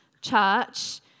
church